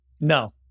no